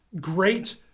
great